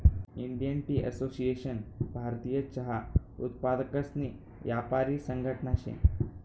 Indian tea association भारतीय चहा उत्पादकसनी यापारी संघटना शे